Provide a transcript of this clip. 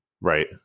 Right